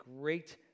great